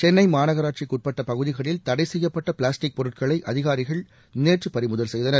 சென்னை மாநகராட்சிக்குட்பட்ட பகுதிகளில் தடை செய்யப்பட்ட பிளாஸ்டிக் பொருட்களை அதிகாரிகள் நேற்று பறிமுதல் செய்தனர்